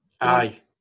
Aye